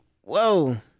Whoa